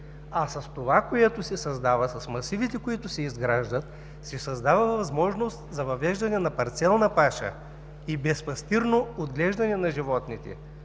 а с това, което се създава, с масивите, които се изграждат, се създава възможност за въвеждане на парцелна паша и безпастирно отглеждане на животните,